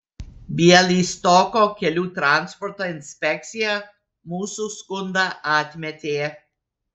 bialystoko kelių transporto inspekcija mūsų skundą atmetė